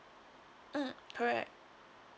mm correct